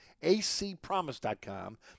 acpromise.com